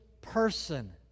person